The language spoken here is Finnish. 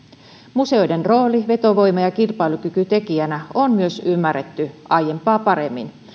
museoiden rooli vetovoima ja kilpailukykytekijänä on myös ymmärretty aiempaa paremmin